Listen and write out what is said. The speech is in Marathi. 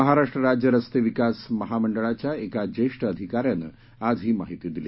महाराष्ट्र राज्य रस्ते विकास विकास महामंडळाच्या एका ज्येष्ठ अधिकाऱ्यानं आज ही माहिती दिली